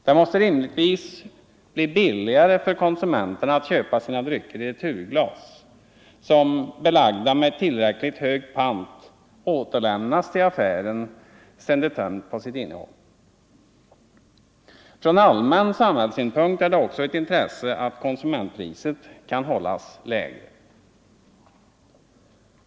Det måste rimligtvis vara billigare för konsumenterna att köpa sina drycker i returglas som, belagda med en tillräckligt hög pant, återlämnas till affären sedan de tömts på sitt innehåll. Från allmän samhällssynpunkt är det också ett intresse att konsumentpriset kan hållas lägre.